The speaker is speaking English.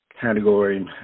category